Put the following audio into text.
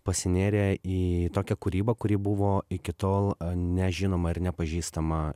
pasinėrė į tokią kūrybą kuri buvo iki tol nežinoma ir nepažįstama